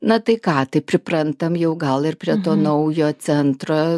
na tai ką tai priprantam jau gal ir prie to naujo centro